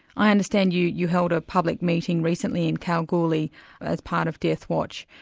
i understand you you held a public meeting recently in kalgoorlie as part of deathwatch,